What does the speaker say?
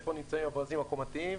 איפה נמצאים הברזים הקומתיים,